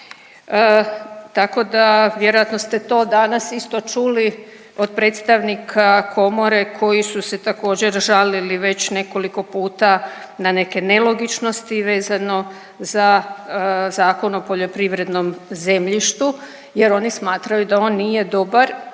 Tako da vjerojatno ste to danas isto čuli od predstavnika komore koji su se također žalili već nekoliko puta na neke nelogičnosti vezano za Zakon o poljoprivrednom zemljištu jer oni smatraju da on nije dobar